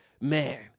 man